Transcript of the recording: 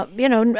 um you know know,